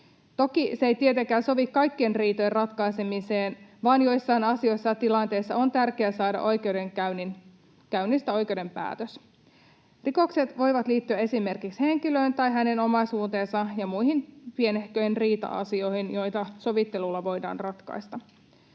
Toki se ei tietenkään sovi kaikkien riitojen ratkaisemiseen, vaan joissain asioissa ja tilanteissa on tärkeää saada oikeudenkäynnistä oikeuden päätös. Rikokset voivat liittyä esimerkiksi henkilöön tai hänen omaisuuteensa ja muihin pienehköihin riita-asioihin, joita sovittelulla voidaan ratkaista.